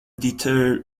deter